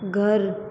घर